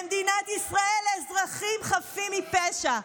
למדינת ישראל, לאזרחים חפים מפשע.